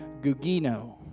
Gugino